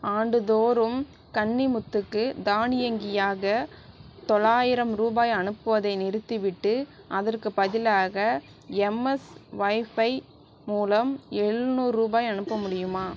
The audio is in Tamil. ஆண்டுதோறும் கன்னிமுத்துவுக்கு தானியங்கியாக தொள்ளாயிரம் ரூபாய் அனுப்புவதை நிறுத்திவிட்டு அதற்கு பதிலாக எம்எஸ்ஒய்ஃபய் மூலம் எழுநூரூபாய் அனுப்ப முடியுமா